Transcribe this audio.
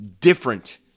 different